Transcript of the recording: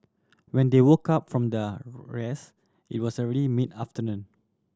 when they woke up from the rest it was already mid afternoon